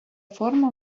форма